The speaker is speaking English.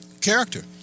character